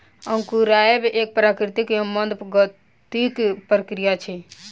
अंकुरायब एक प्राकृतिक एवं मंद गतिक प्रक्रिया अछि